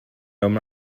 our